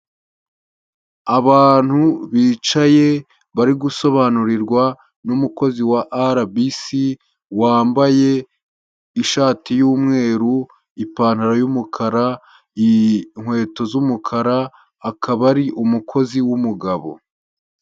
Abantu bicaye bari gusobanurirwa n'umukozi wa RBC wambaye ishati y'umweru, ipantaro y'umukara, inkweto z'umukara, akaba ari umukozi w'umugabo.